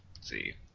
see